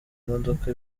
imodoka